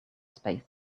space